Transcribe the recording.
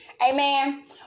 Amen